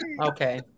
Okay